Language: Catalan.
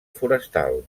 forestal